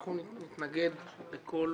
אנחנו נתנגד לכל